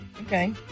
Okay